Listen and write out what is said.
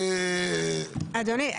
אדוני,